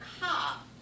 cop